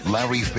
Larry